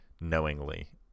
knowingly